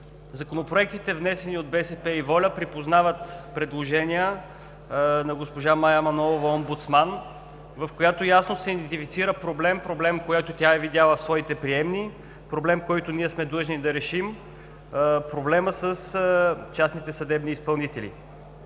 Законопроектите, внесени от „БСП за България“ и „Воля“, припознават предложения на госпожа Мая Манолова – омбудсман, в които ясно се идентифицира проблем, който тя е видяла в своите приемни, който ние сме длъжни да решим – проблемът с частните съдебни изпълнители.